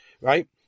right